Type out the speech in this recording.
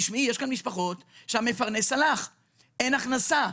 יש משפחות שבהן המפרנס הלך ואין הכנסה,